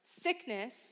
sickness